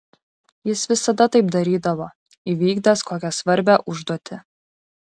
jis visada taip darydavo įvykdęs kokią svarbią užduotį